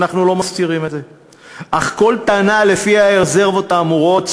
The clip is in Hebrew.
מבין, את הצעת האי-אמון,